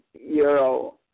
euro